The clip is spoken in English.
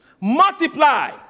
multiply